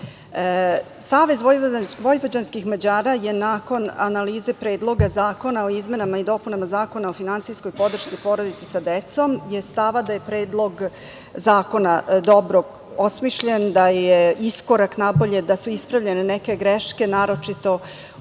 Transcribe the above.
Savez vojvođanskih Mađara je nakon analize Predloga zakona o izmenama i dopunama Zakona o finansijskoj podršci porodici sa decom je stava da je Predlog zakona dobro osmišljen, da je iskorak napolje, da su ispravljene neke greške, naročito u